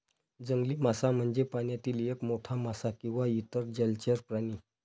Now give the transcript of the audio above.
जंगली मासा म्हणजे पाण्यातील एक मोठा मासा किंवा इतर जलचर प्राणी